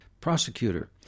prosecutor